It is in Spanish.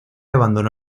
abandonó